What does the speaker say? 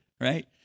right